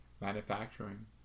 manufacturing